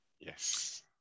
Yes